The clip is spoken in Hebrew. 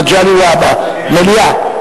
מגלי והבה, מליאה.